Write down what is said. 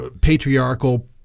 patriarchal